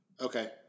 Okay